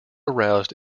aroused